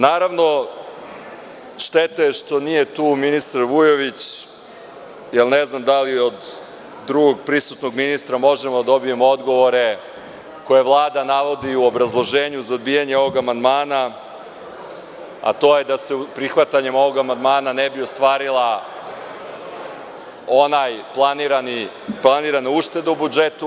Naravno, šteta je što nije tu ministar Vujović, ne znam da li od drugog prisutnog ministra možemo da dobijemo odgovore koje Vlada navodi u obrazloženju za odbijanje ovog amandmana, a to je da se prihvatanjem ovog amandmana ne bi ostvarila ona planirana ušteda u budžetu.